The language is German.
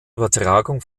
übertragung